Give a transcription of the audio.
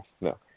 No